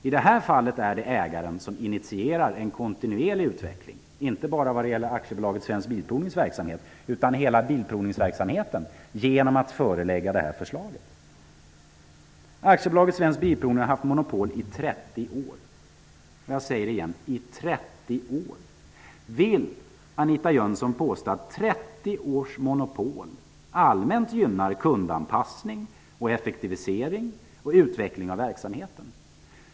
I det här fallet är det ägaren som genom att förelägga detta förslag initierar en kontinuerlig utveckling, inte bara vad gäller AB Svensk Bilprovnings verksamhet utan också hela bilprovningsverksamheten. AB Svensk Bilprovning har haft monopol i 30 år -- jag upprepar ''i 30 år''. Vill Anita Jönsson påstå att 30 års monopol allmänt gynnar kundanpassning, effektivisering och utveckling av verksamheten?